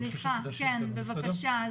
כן, בבקשה.